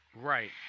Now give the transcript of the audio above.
Right